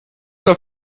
der